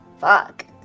Fuck